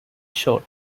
shot